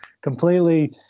completely